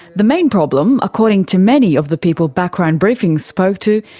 the main problem, according to many of the people background briefingspoke to,